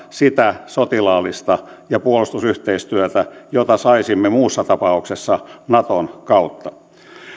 sitä sotilaallista ja puolustusyhteistyötä jota saisimme muussa tapauksessa naton kautta